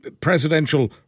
presidential